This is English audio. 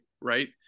right